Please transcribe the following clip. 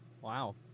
Wow